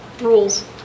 Rules